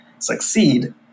succeed